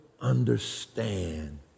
understand